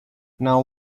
now